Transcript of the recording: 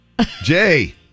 Jay